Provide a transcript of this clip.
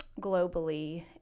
globally